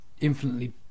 infinitely